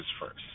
first